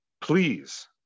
please